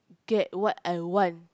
get what I want